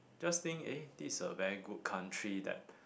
just think eh this is a very good country that